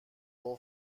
باید